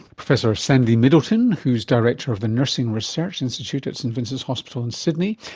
professor sandy middleton who is director of the nursing research institute at st vincent's hospital in sydney,